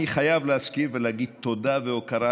אני חייב להזכיר ולהגיד תודה ולהביע